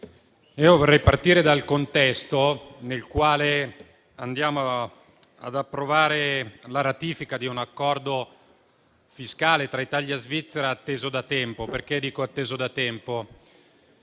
vorrei partire dal contesto nel quale ci accingiamo ad approvare la ratifica di un accordo fiscale fra Italia e Svizzera atteso da tempo, perché i primi accordi